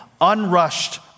unrushed